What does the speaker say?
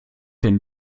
denn